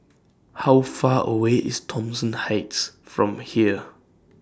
How Far away IS Thomson Heights from here